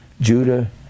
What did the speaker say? Judah